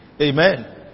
Amen